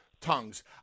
tongues